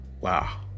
wow